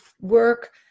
work